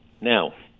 Now